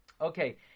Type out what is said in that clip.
Okay